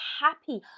happy